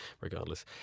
regardless